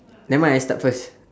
never mind I start first